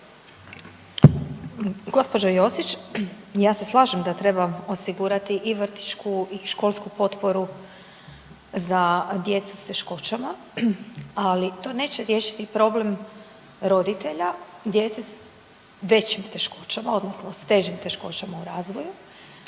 Gđo. Josić, ja se slažem da treba osigurati i vrtićku i školsku potporu za djecu s teškoćama, ali to neće riješiti problem roditelja djece s većim teškoćama, odnosno s težim teškoćama u razvoju